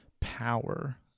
power